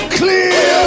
clear